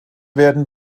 werden